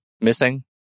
missing